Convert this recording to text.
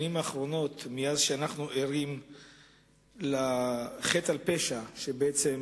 בשנים האחרונות, מאז אנחנו ערים לחטא על פשע שבעצם